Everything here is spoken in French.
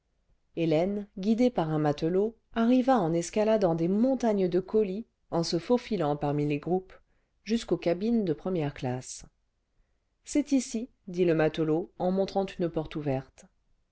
hélène guidée par un matelot arriva en escaladant des montagnes cle colis en se faufilant parmi les groupes jusqu'aux cabines de première classe ljc vingtième siècle embarquement des passagers a bord d'un ballon transatlantique ce c'est ici dit le matelot en montrant une porte ouverte